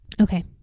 Okay